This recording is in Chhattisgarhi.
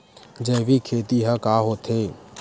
जैविक खेती ह का होथे?